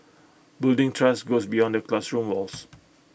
building trust goes beyond the classroom walls